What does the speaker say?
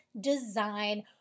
design